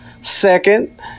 Second